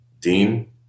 Dean